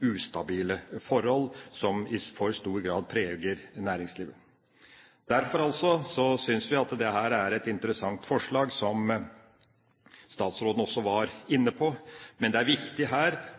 ustabile forhold som i for stor grad preger næringslivet. Derfor synes vi dette er et interessant forslag, som statsråden også var inne på. Men det er viktig